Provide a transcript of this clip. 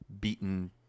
beaten